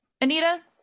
Anita